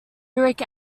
uric